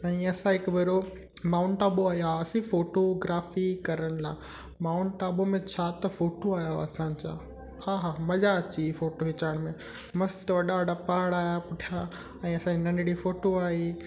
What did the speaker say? ऐं असां हिकु भेरो माउंट आबू आया हुआसीं फ़ोटोग्राफ़ी करण लाइ माउंट आबू में छा त फ़ोटो आया हुआ असांजा आहे हा मज़ा अची वयी फ़ोटो खिचाइण में मस्तु वॾा वॾा पहाड़ पुठियां ऐं असांजी नंढड़ी फ़ोटो आयी